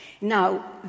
Now